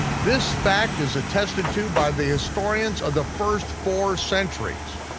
this fact is attested to by the historians of the first four centuries.